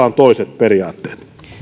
on toiset periaatteet